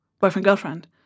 boyfriend-girlfriend